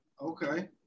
Okay